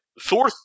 Thor